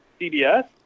CBS